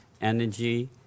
Energy